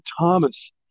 Thomas